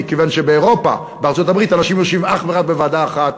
מכיוון שבאירופה ובארצות-הברית אנשים יושבים אך ורק בוועדה אחת,